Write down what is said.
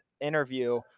interview